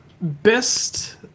best